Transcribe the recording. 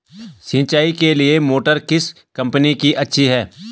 सिंचाई के लिए मोटर किस कंपनी की अच्छी है?